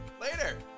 later